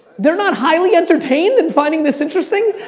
they're not highly entertained and finding this interesting?